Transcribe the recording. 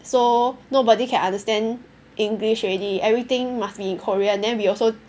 so nobody can understand english already everything must be in Korean then we also